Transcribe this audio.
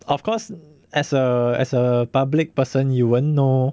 of course as a as a public person you won't know